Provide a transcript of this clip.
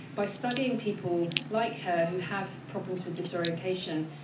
by studying people like her who have problems with disorientation,